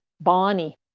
Bonnie